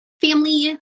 family